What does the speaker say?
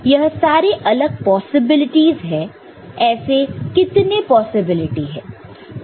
यह सारे अलग पॉसिबिलिटीज है ऐसे कितने पॉसिबिलिटी है